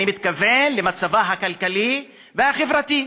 אני מתכוון למצבה הכלכלי והחברתי.